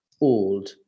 old